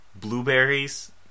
Blueberries